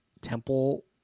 temple